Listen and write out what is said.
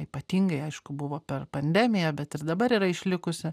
ypatingai aišku buvo per pandemiją bet ir dabar yra išlikusi